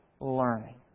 Learning